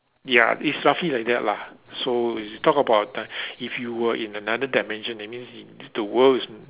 ya it's roughly like that lah so is talk about uh if you were in another dimension that means the world is